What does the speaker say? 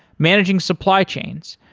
managing supply chains,